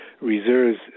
reserves